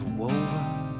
woven